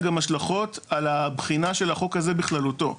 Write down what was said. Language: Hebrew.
השלכות על הבחינה של החוק הזה בכללותו.